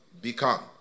Become